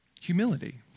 humility